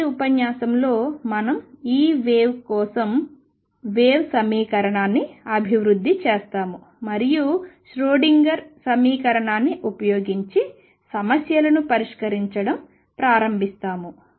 తదుపరి ఉపన్యాసంలో మనం ఈ వేవ్ కోసం వేవ్ సమీకరణాన్ని అభివృద్ధి చేస్తాము మరియు ష్రోడింగర్ సమీకరణాన్ని ఉపయోగించి సమస్యలను పరిష్కరించడం ప్రారంభిస్తాము